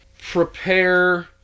Prepare